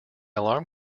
alarm